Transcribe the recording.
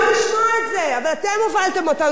אבל אתם הובלתם אותנו למקום הזה,